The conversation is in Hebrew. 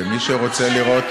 ומי שרוצה לראות,